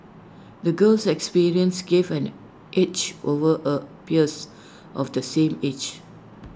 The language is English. the girl's experiences gave an edge over A peers of the same age